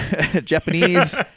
Japanese